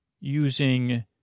using